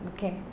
Okay